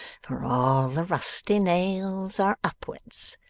for all the rusty nails are upwards.